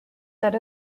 that